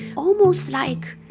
almost like